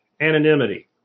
anonymity